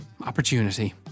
Opportunity